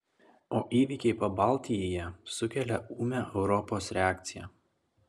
o įvykiai pabaltijyje sukelia ūmią europos reakciją